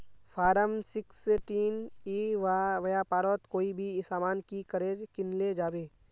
Form sixteen ई व्यापारोत कोई भी सामान की करे किनले जाबे?